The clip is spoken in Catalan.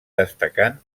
destacant